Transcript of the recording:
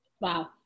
Wow